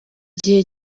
gihe